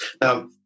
Now